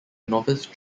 novice